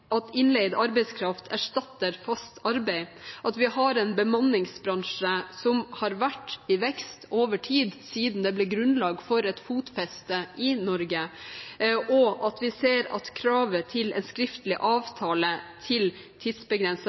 at innleid arbeidskraft erstatter fast arbeid – vi har en bemanningsbransje som har vært i vekst over tid siden det ble grunnlag for et fotfeste i Norge, og vi ser at kravet til en skriftlig avtale